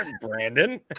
Brandon